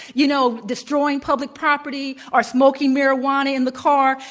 you know, destroying public property or smoking marijuana in the car?